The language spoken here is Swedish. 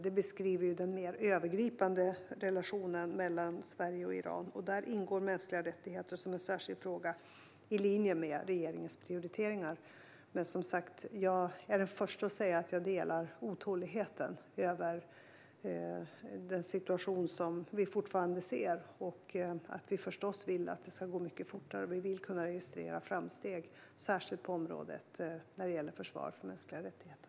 Det beskriver den mer övergripande relationen mellan Sverige och Iran, och där ingår mänskliga rättigheter som en särskild fråga i linje med regeringens prioriteringar. Jag är den första att säga att jag delar otåligheten över den situation som vi fortfarande ser. Vi vill förstås att det ska gå mycket fortare och kunna registrera framsteg, särskilt på området försvar för mänskliga rättigheter.